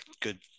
good